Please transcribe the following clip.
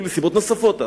היו לי סיבות נוספות אז.